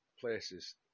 places